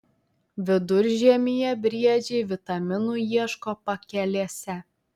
viduržiemyje briedžiai vitaminų ieško pakelėse